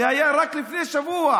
זה היה רק לפני שבוע.